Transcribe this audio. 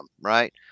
right